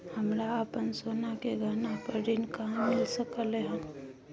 हमरा अपन सोना के गहना पर ऋण कहाॅं मिल सकलय हन?